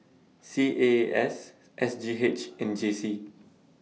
C A A S S G H and J C